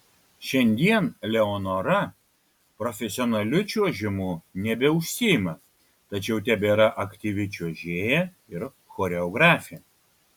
šiandien leonora profesionaliu čiuožimu nebeužsiima tačiau tebėra aktyvi čiuožėja ir choreografė